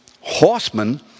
horsemen